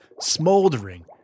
smoldering